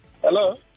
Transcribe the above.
Hello